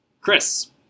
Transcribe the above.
Chris